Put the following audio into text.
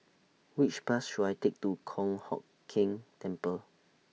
Which Bus should I Take to Kong Hock Keng Temple